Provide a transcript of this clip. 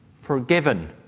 forgiven